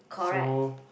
correct